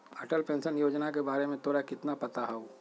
Atal pension Yojana के बारे में तोरा कितना पता हाउ?